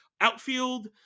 Outfield